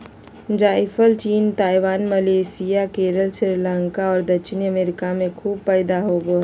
जायफल चीन, Taiwan, Malaysia, Kerala, Sri Lanka और दक्षिणी अमेरिका में खूब पैदा होबो हइ